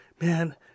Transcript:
man